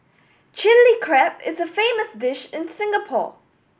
Chilli Crab is a famous dish in Singapore